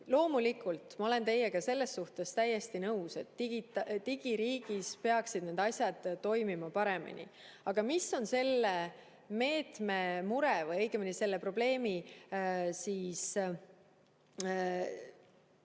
Loomulikult ma olen teiega selles suhtes täiesti nõus, et digiriigis peaksid need asjad toimima paremini. Aga selle meetme mure või õigemini selle probleemi ulatus